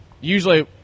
usually